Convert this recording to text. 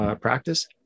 Practice